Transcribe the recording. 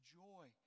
joy